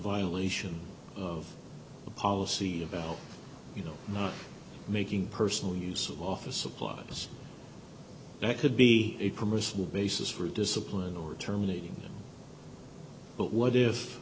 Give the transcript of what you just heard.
violation of the policy about you know not making personal use of office supplies that could be permissible basis for discipline or terminating but what if